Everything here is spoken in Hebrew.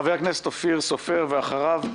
חבר הכנסת אופיר סופר ואחריו,